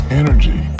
energy